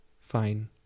Fine